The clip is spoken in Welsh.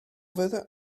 fyddai